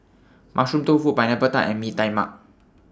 Mushroom Tofu Pineapple Tart and Mee Tai Mak